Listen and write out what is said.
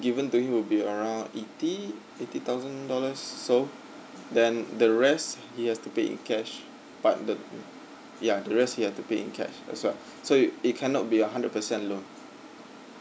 given to you would be around eighty eighty thousand dollars so then the rest he has to pay in cash but the ya the rest he has to pay in cash as well so it it cannot be a hundred percent loan